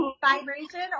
vibration